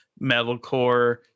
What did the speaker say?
metalcore